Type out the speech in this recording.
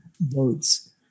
votes